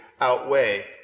outweigh